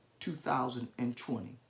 2020